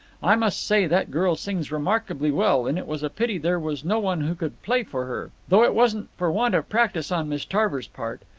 i must say that girl sings remarkably well, and it was a pity there was no one who could play for her. though it wasn't for want of practice on miss tarver's part.